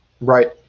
Right